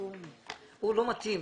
הוא לא מתאים.